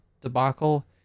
debacle